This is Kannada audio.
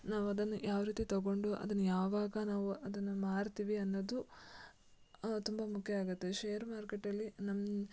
ನಾವು ಅದನ್ನು ಯಾವ ರೀತಿ ತಗೊಂಡು ಅದನ್ನು ಯಾವಾಗ ನಾವು ಅದನ್ನು ಮಾರ್ತೀವಿ ಅನ್ನೋದು ತುಂಬ ಮುಖ್ಯ ಆಗುತ್ತೆ ಶೇರ್ ಮಾರ್ಕೆಟಲ್ಲಿ ನಮ್ಮ